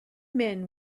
men